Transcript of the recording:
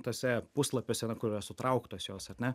tuose puslapiuose na kur yra sutrauktos jos ar ne